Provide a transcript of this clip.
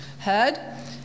heard